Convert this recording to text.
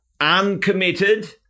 uncommitted